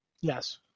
Yes